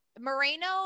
Moreno